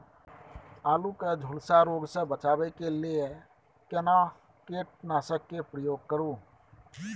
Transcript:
आलू के झुलसा रोग से बचाबै के लिए केना कीटनासक के प्रयोग करू